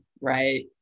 right